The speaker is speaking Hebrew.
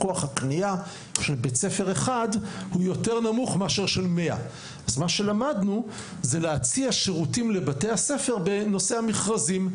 כוח הקנייה של בית ספר אחד הוא יותר נמוך מאשר של 100. מה שלמדנו זה להציע שירותים לבתי הספר בנושא המכרזים.